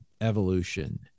evolution